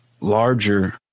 larger